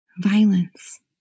violence